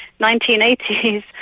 1980s